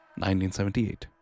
1978